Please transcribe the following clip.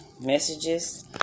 Messages